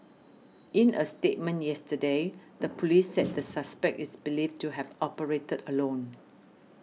in a statement yesterday the police said the suspect is believed to have operated alone